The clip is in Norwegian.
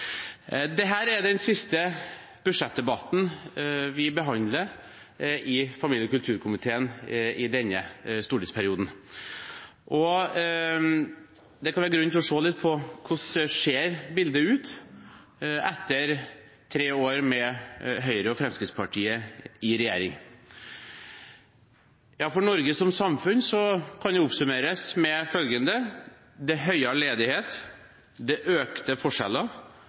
er den siste budsjettdebatten vi behandler i familie- og kulturkomiteen i denne stortingsperioden, og det kan være grunn til å se litt på hvordan bildet ser ut etter tre år med Høyre og Fremskrittspartiet i regjering. For Norge som samfunn kan det oppsummeres med følgende: Det er høyere ledighet, det er økte forskjeller,